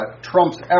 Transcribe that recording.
trumps